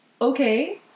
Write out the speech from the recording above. Okay